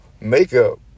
makeup